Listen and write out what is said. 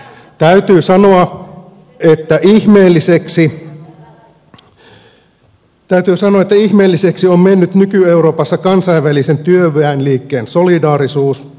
täytyy sanoa että ihmeelliseksi on mennyt nyky euroopassa kansainvälisen työväenliikkeen solidaarisuus